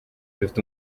dufite